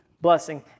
blessing